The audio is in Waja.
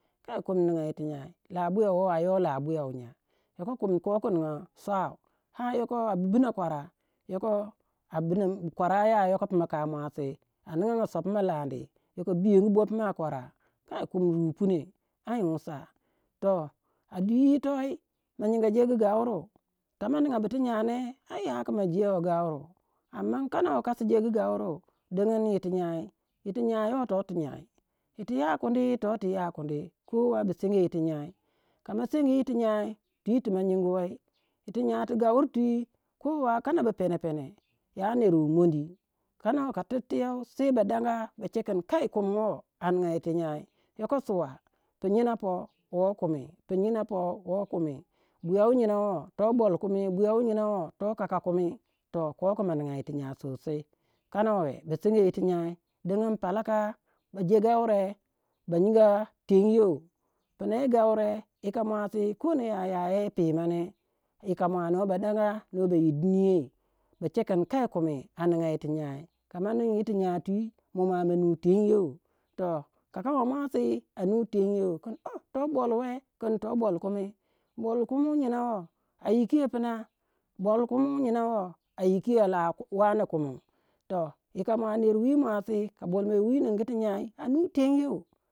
Labuya woh a yoh labuya wu nya yoko kumi ko ku ninga swau ar yoko a bu bina bakwara. Yoko kwaraya yoko pumaka muasi a ninga sopuma landi yoko biyagu bopuma kwara kai kumi ain wusa. Toh a dwi yitoi ma nyinga jegu gauru, kama ninga bu ti nya ne, ai ya ku ma je gauru, anda kanawe kasi jegu gauru dingin yir ti nyai. Yir ti nyai you toh tu nyai, yir ti yakundi to ti yakundi kanawe ba sengo yir ti nyai kama sengi ti nyai twi ti ma nyinguwei. Ti nyai ti gauri twi kana pene penene ya ner wu mondi, kanawe ka timte sei ba danga che kin kai kumi woh a ninga yir ti nyai, yoko suwa pu nyina pou woh kumi, pu nyina pou woh kumi. Buya wu nyina woh to bol kumi, buya wu nyina woh toh kaka kumi. Toh ko ku ma ninga yir ti nyai kwankwan. Kanawe ba sengo ti nyai digin palaka ba jegaure ba nyinga tengyou. Pina yi gaure yika muasi kana na ya yi pima ne yika muasi noh ba dong noh bo yi dinyei. Ba che kin ai kumi a ninga yir ti nyai kama ningi ti nyai twi mo mua ma nu tengyou, to kakamo muasi a nu tengyo. Kin ooh toh bol we? kin toh bol kumi. Bol kumi wu nyina woh a yikiyo puna, bol kumi wu nyina woh a yikayo a lah wane kumi. Toh yika mua nerwi muasi ka bolyo wi ka ningu tu nyai, a nu tengyou.